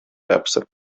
täpselt